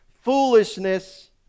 foolishness